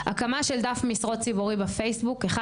דף משרות ציבורי בפייסבוק,